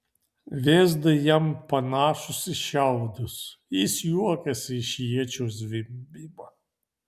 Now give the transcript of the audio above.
vėzdai jam panašūs į šiaudus jis juokiasi iš iečių zvimbimo